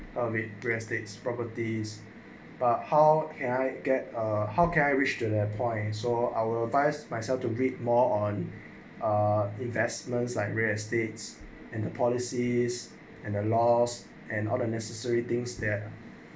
properties but how can I get uh how can I wish to their point saw our vice myself to read more on uh investments like real estates and the policies and laws and other necessary things there